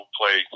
play